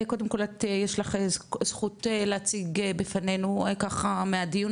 קודם כל יש לך זכות להציג בפנינו ככה מהדיון